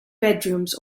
bedrooms